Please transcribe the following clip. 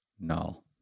null